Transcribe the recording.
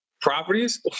properties